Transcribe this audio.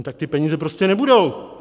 No tak ty peníze prostě nebudou.